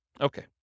Okay